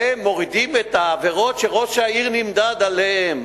ומורידים את העבירות שראש העיר נמדד עליהן,